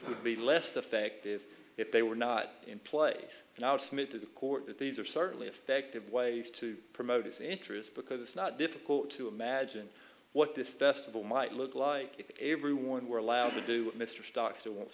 would be less to fake dave if they were not in place now smith to the court but these are certainly effective ways to promote his interests because it's not difficult to imagine what this festival might look like everyone were allowed to do what mr stocks to wants